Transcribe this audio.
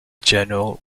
general